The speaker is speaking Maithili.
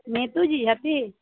नीतू जी हथिन